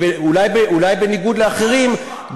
אולי בניגוד לאחרים,